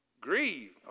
Grieve